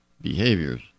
behaviors